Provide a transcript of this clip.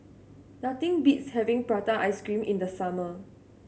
nothing beats having prata ice cream in the summer